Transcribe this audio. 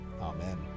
amen